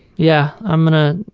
yeah, i'm going ah